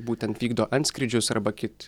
būtent vykdo antskrydžius arba kit